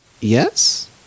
yes